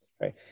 right